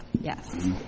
Yes